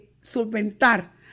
solventar